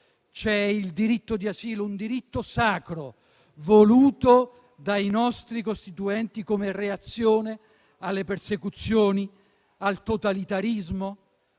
c'è il diritto di asilo, un diritto sacro voluto dai nostri costituenti come reazione alle persecuzioni e al totalitarismo.